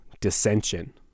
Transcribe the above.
dissension